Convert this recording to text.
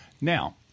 Now